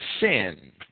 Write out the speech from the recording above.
sin